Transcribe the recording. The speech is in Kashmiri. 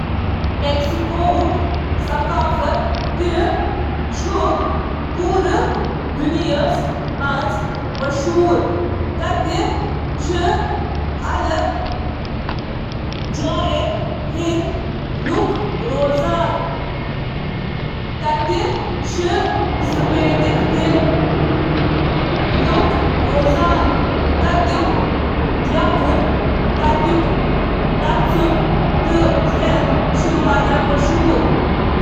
میکسیکو چُھ پننہٕ بھرپور ثقافت خاطرٕ زاننہٕ یوان، یتھ منٛز مختلف قسمک فن، موسیقی، خوراک تہٕ تہوار شٲمل چِھ: میکسیکن ثقافتک باقی پہلون منٛز چِھ کمیونٹی تہٕ خاندانک گہری جڑن ہنٛد احساس، تہٕ انفرادی میکسیکن کس ثقافتس پیٹھ خاندٲنی تعلقات، جنس، مذہب، مقام تہٕ سمأجی طبقک اثر شٲمل۔